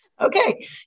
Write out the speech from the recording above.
Okay